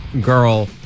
girl